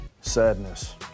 Sadness